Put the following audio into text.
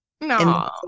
No